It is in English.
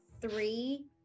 three